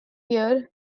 year